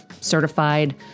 certified